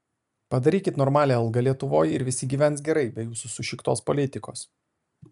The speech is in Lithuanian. padarykit normalią algą lietuvoj ir visi gyvens gerai be jūsų sušiktos politikos